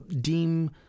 deem